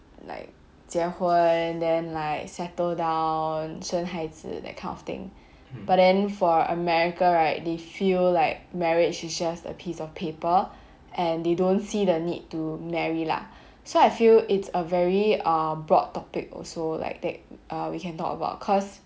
like 结婚 then like settle down 生孩子 that kind of thing but then for america right they feel like marriage is just a piece of paper and they don't see the need to marry lah so I feel it's a very uh broad topic also like that we can talk about cause